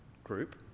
group